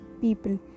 people